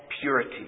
purity